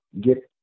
get